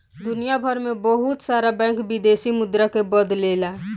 दुनियभर में बहुत सारा बैंक विदेशी मुद्रा के बदलेला